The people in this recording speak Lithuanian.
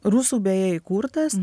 rusų beje įkurtas